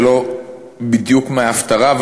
זה לא בדיוק מההפטרה,